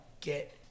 get